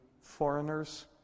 foreigners